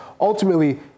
Ultimately